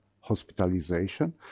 hospitalization